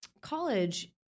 College